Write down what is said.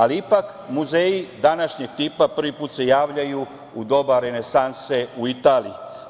Ali ipak muzeji današnjeg tipa prvi put se javljaju u doba renesanse, u Italiji.